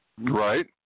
Right